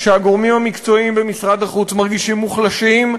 שהגורמים המקצועיים במשרד החוץ מרגישים מוחלשים,